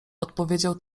odpowiedział